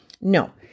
No